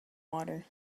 water